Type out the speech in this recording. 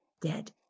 dead